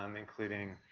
um including